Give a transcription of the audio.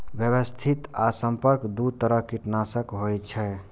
व्यवस्थित आ संपर्क दू तरह कीटनाशक होइ छै